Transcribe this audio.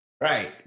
Right